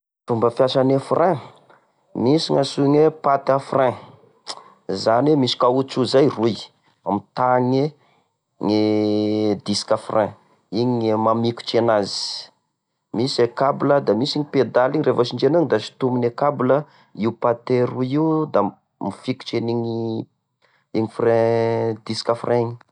E fomba fiasane frein. Misy gnatsoina oe patte à frein, zany oe misy kaotro zay roy, mitaha gne, gne disque frein, igny gne mamikotry anazy; misy e cable da misy igny pedale igny revô sindrinao igny da sotonigne cable io patin roy io, da mifikitry en'igny igny frein, disque frein igny.